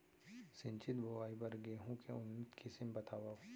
सिंचित बोआई बर गेहूँ के उन्नत किसिम बतावव?